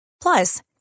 Plus